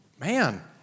man